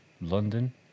London